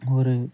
ஒரு